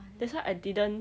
that's why I didn't